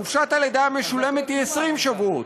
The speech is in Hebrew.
חופשת הלידה המשולמת היא 20 שבועות.